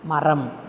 மரம்